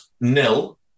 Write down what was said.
nil